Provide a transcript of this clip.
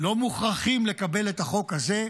לא מוכרחים לקבל את החוק הזה.